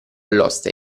l’oste